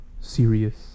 serious